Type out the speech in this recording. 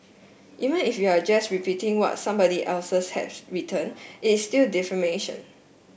even if you are just repeating what somebody else has written it's still defamation